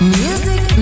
music